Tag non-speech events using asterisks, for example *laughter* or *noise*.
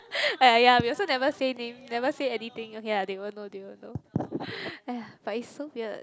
*breath* ah ya we also never say name never say anything okay lah they won't know they won't know !aiya! but is so weird